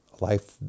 life